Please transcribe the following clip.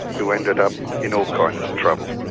who ended up in all kinds of trouble.